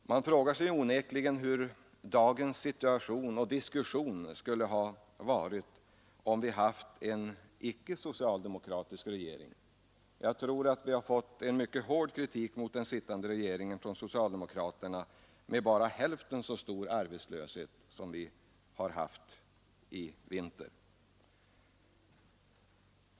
Man frågar sig onekligen hur dagens situation och diskussion skulle ha varit om vi haft en icke-socialdemokratisk regering. Jag tror att socialdemokraternas kritik mot denna regering hade varit mycket hård även om arbetslösheten bara varit hälften så stor som den vi har haft i vinter.